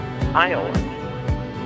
Iowa